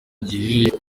gihe